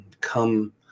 come